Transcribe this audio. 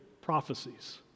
prophecies